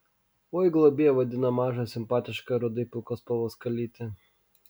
oi globėja vadina mažą simpatišką rudai pilkos spalvos kalytę